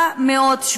כבוד